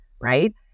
right